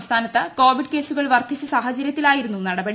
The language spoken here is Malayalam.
സംസ്ഥാനത്ത് കോവിഡ് കേസുകൾ വർദ്ധിച്ച സാഹചര്യത്തിലായിരുന്നു നടപടി